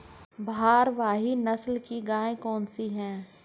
भारवाही नस्ल की गायें कौन सी हैं?